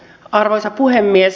arvoisa puhemies